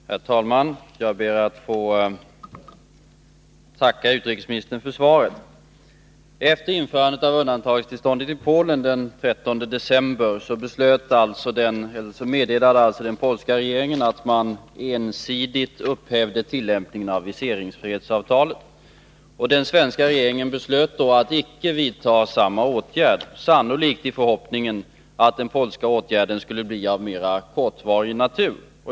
Herr talman! Jag ber att få tacka utrikesministern för svaret. Efter införandet av undantagstillståndet i Polen den 13 december meddelade den polska regeringen att man ensidigt upphävde tillämpningen av viseringsfrihetsavtalet. Den svenska regeringen beslöt att icke vidta samma åtgärd, sannolikt i den förhoppningen att den polska åtgärden skulle bli av mera kortvarig natur.